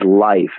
life